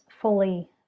fully